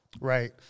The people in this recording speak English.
Right